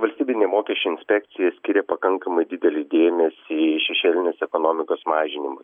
valstybinė mokesčių inspekcija skiria pakankamai didelį dėmesį šešėlinės ekonomikos mažinimui